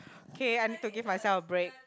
K I need to give myself a break